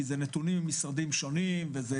משום שאלה נתונים ממשרדים שונים וזה